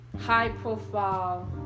high-profile